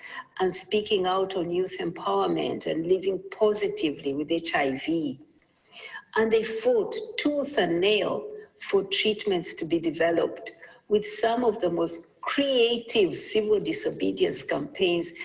and speaking out on youth empowerment and living positively with hiv. i mean and they fought tooth and nail for treatments to be developed with some of the most creative civil disobedience campaigns,